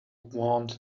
want